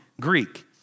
Greek